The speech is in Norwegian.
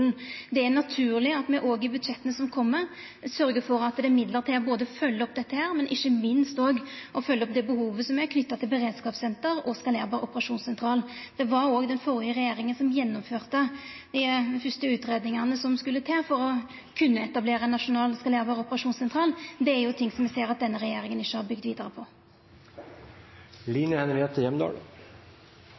Det er naturleg at me òg i budsjetta som kjem, sørgjer for at det er midlar både til å følgja opp dette og ikkje minst til å følgja opp det behovet som er knytt til beredskapssenter og skalerbar operasjonssentral. Det var òg den førre regjeringa som gjennomførte dei første utgreiingane som skulle til for å kunna etablera ein nasjonal, skalerbar operasjonssentral. Det er jo ting som ein ser at denne regjeringa ikkje har bygd vidare